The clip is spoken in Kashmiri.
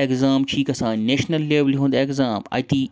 اٮ۪گزام چھی گژھان نیشنَل لیوٚلہِ ہُنٛد اٮ۪گزام اَتی